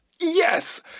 Yes